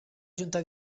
junta